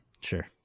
Sure